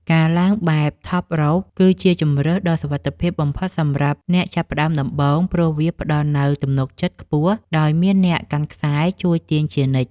ការឡើងបែប ថបរ៉ូប គឺជាជម្រើសដ៏សុវត្ថិភាពបំផុតសម្រាប់អ្នកចាប់ផ្ដើមដំបូង ព្រោះវាផ្ដល់នូវទំនុកចិត្តខ្ពស់ដោយមានអ្នកកាន់ខ្សែ ជួយទាញជានិច្ច។